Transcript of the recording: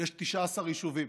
יש 19 יישובים.